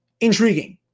Intriguing